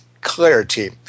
Clarity